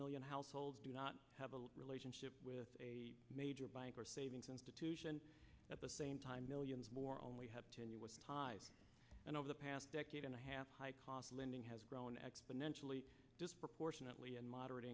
million households do not have a relationship with a major bank or savings institution at the same time millions more only have tenure with time and over the past decade and a half high cost of lending has grown exponentially disproportionately and moderate